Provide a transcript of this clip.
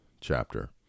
chapter